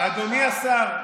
אדוני השר,